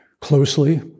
closely